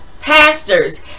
pastors